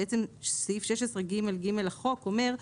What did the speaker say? בעצם 16ג(ג) לחוק אומר,